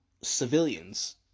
civilians